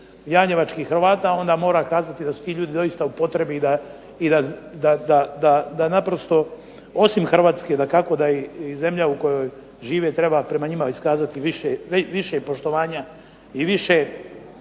janjevačkih Hrvata onda mora kazati da su ti ljudi doista u potrebi i da naprosto osim Hrvatske, dakako da i zemlja u kojoj žive treba prema njima iskazati više poštovanja i više potpore.